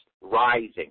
rising